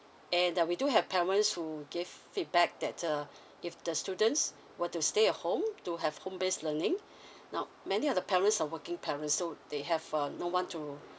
and uh we do have parents who give feedback that uh if the students were to stay at home to have home based learning now many of the parents are working parents so they have uh no one to